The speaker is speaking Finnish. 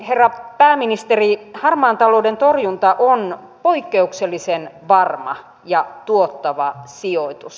herra pääministeri harmaan talouden torjunta on poikkeuksellisen varma ja tuottava sijoitus